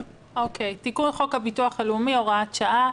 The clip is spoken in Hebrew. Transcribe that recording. תיקון חוק הביטוח הלאומי (הוראת שעה)